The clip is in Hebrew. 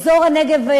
אזור הנגב,